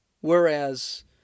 Whereas